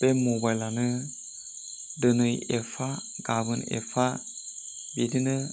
बे मबाइलआनो दोनै एफा गबोन एफा बिदिनो